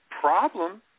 problem